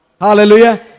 Hallelujah